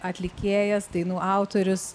atlikėjas dainų autorius